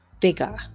bigger